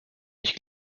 ich